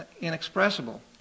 inexpressible